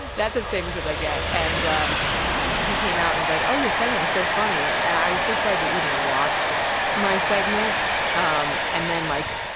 that's as famous as i get. and um he came out and was like, oh, your segment was so funny. and i was so surprised that he even watched my segment um and then, like,